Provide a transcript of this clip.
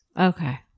Okay